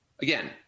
Again